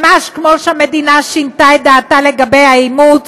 ממש כמו שהמדינה שינתה את דעתה לגבי האימוץ,